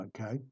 Okay